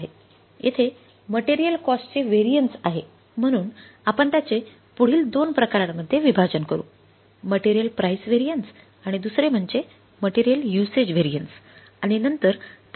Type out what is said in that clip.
येथे मटेरियल कॉस्टचे व्हेरिएन्स आहे म्हणून आपण त्याचे पुढील 2 प्रकारांमध्ये विभाजन करू मटेरियल प्राइस व्हेरिएन्स आणि नंतर त्याचे कारण शोधण्याचा प्रयत्न करू